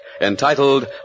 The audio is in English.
entitled